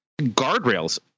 guardrails